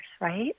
right